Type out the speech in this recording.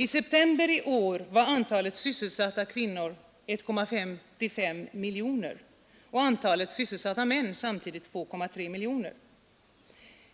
I september i år var antalet sysselsatta kvinnor 1,55 miljoner och antalet sysselsatta män samtidigt 2,3 miljoner.